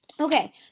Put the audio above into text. Okay